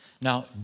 Now